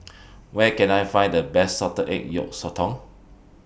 Where Can I Find The Best Salted Egg Yolk Sotong